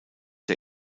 der